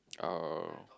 oh